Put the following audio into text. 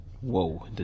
whoa